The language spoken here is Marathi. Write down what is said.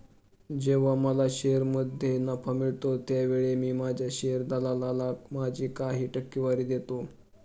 जेव्हा मला शेअरमध्ये नफा मिळतो त्यावेळी मी माझ्या शेअर दलालाला माझी काही टक्केवारी देतो